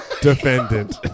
defendant